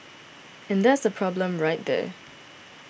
and that's the problem right there